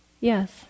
Yes